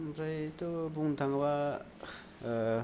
ओमफ्रायथ' बुंनो थाङोबा